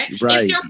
Right